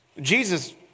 Jesus